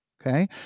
okay